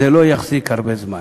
זה לא יחזיק הרבה זמן.